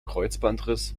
kreuzbandriss